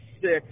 six